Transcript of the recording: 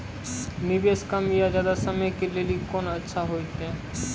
निवेश कम या ज्यादा समय के लेली कोंन अच्छा होइतै?